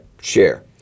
share